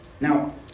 Now